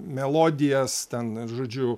melodijas ten žodžiu